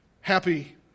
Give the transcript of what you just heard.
happy